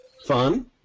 Fun